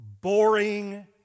boring